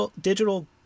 digital